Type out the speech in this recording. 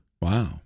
wow